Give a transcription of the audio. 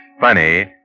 funny